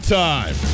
time